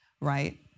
Right